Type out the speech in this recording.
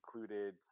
included